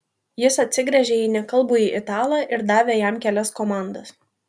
jis atsigręžė į nekalbųjį italą ir davė jam kelias komandas